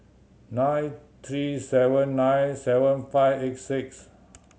nine three seven nine seven five eight six